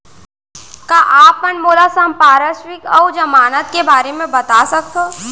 का आप मन मोला संपार्श्र्विक अऊ जमानत के बारे म बता सकथव?